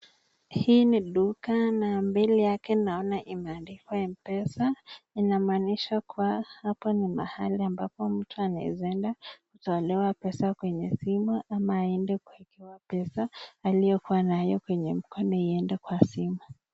Hii ni duka na mbele yake naona imeandikwa Mpesa, inamaanisha kuwa hapa ni mahali ambapo mtu anaeza enda, kutolewa pesa kwenye sima ama aende kuekewa pesa, aliokuwa nayo kwenye mkono iende kwa simu.